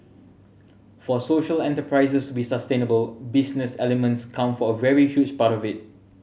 for social enterprises to be sustainable business elements count for a very huge part of it